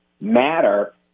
matter